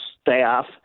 staff